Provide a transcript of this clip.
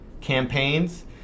campaigns